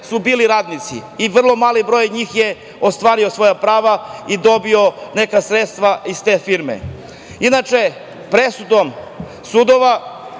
u drugom redu i vrlo mali broj njih je ostvario svoja prava i dobio neka sredstva iz te firme. Inače, presudom sudova